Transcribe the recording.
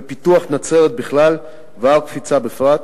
ובפיתוח נצרת בכלל והר הקפיצה בפרט.